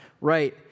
right